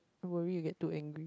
worry you get too angry